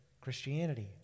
Christianity